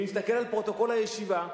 אם נסתכל על פרוטוקול הישיבה,